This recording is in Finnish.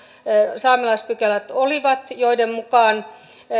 saamelaispykälät joiden mukaan